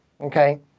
okay